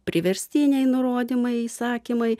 priverstiniai nurodymai įsakymai